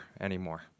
anymore